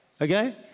Okay